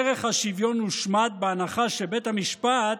ערך השוויון הושמד, בהנחה שבית המשפט